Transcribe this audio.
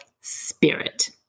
spirit